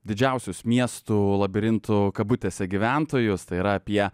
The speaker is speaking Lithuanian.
didžiausius miestų labirintų kabutėse gyventojus tai yra apie